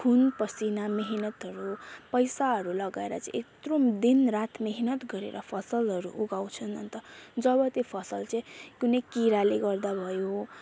खुन पसिना मिहिनेतहरू पैसाहरू लगाएर चाहिँ यत्रो दिन रात मिहिनेत गरेर फसलहरू उगाउँछन् अन्त जब त्यो फसल चाहिँ कुनै किराले गर्दा भयो